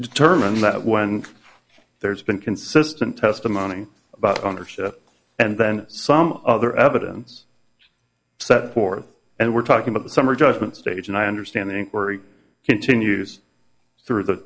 determined that when there's been consistent testimony about ownership and then some other evidence so forth and we're talking about the summary judgment stage and i understand that inquiry continues through the